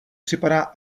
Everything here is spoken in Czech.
připadá